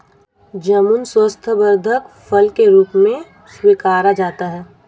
जामुन स्वास्थ्यवर्धक फल के रूप में स्वीकारा जाता है